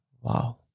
Wow